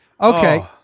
Okay